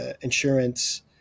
insurance